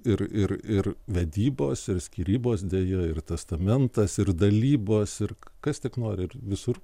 ir ir ir vedybos ir skyrybos deja ir testamentas ir dalybos ir kas tik nori ir visur